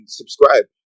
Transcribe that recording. subscribe